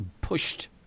pushed